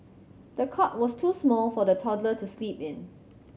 the cot was too small for the toddler to sleep in